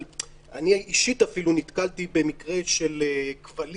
אבל אני אישית אפילו נתקלתי במקרה של כבלים